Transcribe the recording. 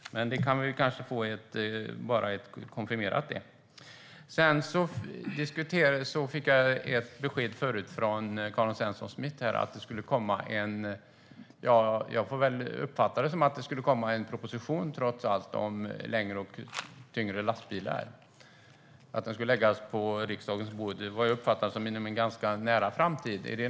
Vi kanske kan få det konfirmerat? Jag fick ett besked från Karin Svensson Smith att det trots allt skulle komma en proposition om längre och tyngre lastbilar. Jag uppfattade det som att det skulle vara inom en nära framtid.